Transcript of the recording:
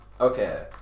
Okay